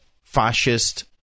fascist